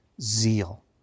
zeal